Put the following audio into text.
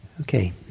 Okay